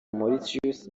mauritius